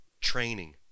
training